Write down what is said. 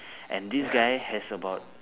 and this guy has about